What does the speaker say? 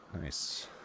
Nice